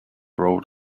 rolled